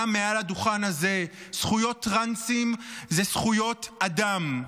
גם מעל הדוכן הזה: זכויות טרנסים זה זכויות אדם.